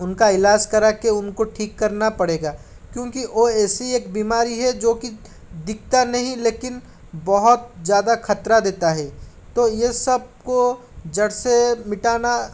उनका इलाज करा कर उनको ठीक करना पड़ेगा क्योंकि वह ऐसी एक बीमारी है जो कि दिखता नहीं लेकिन बहुत ज़्यादा खतरा देता है तो यह सबको जड़ से मिटाना